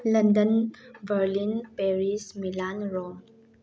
London Berlin Paris Milan Rome